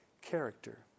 character